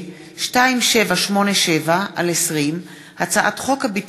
שולי מועלם-רפאלי, איציק שמולי, אורלי